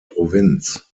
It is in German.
provinz